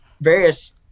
various